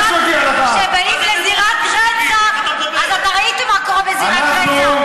כשבאים לזירת רצח אז אתה ראית מה קורה בזירת רצח,